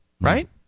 right